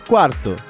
Quarto